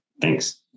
Thanks